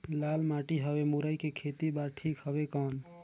लाल माटी हवे मुरई के खेती बार ठीक हवे कौन?